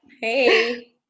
Hey